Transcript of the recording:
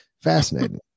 fascinating